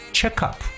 Checkup